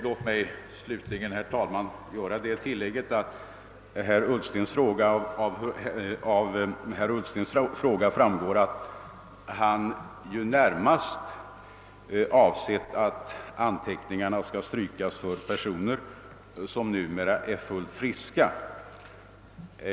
Jag vill slutligen, herr talman, göra det tillägget, att det av herr Ullstens fråga framgår, att han närmast avsett att anteckningarna skall strykas för personer, som numera är fullt friska.